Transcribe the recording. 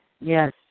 Yes